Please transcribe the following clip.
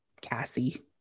Cassie